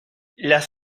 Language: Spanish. las